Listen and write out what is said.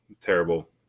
Terrible